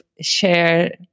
share